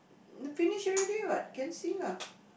finish already what can see lah